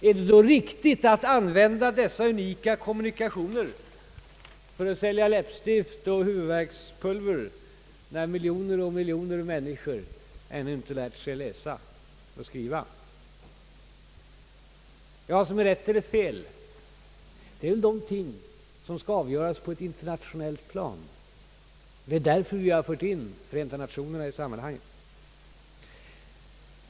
är det då riktigt att använda dessa unika kommunikationer till reklam för att sälja läppstift och huvudvärkspulver, när miljoner och åter miljoner människor ännu inte lärt sig läsa och skriva? Vad som är rätt och fel är ting som skall avgöras på ett internationellt plan. Det är därför vi har fört in Förenta Nationerna i sammanhanget.